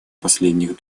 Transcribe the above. последних